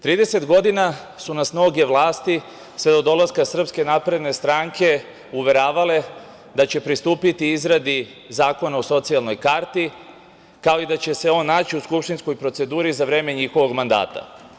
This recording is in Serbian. Trideset godina su nas mnoge vlasti, sve do dolaska SNS, uveravale da će pristupiti izradi zakona o socijalnoj karti, kao i da će se on naći u skupštinskoj proceduri za vreme njihovog mandata.